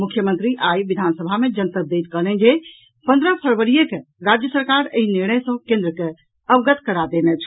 मुख्यमंत्री आइ विधानसभा मे जनतब दैत कहलनि अछि जे पन्द्रह फरवरीए के राज्य सरकार एहि निर्णय सॅ केन्द्र के अवगत करा देने छल